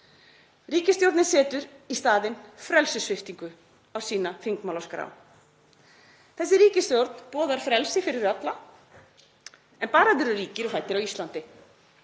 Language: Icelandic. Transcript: Ríkisstjórnin setur í staðinn frelsissviptingu á sína þingmálaskrá. Þessi ríkisstjórn boðar frelsi fyrir alla, en bara ef þeir eru ríkir og fæddir á Íslandi.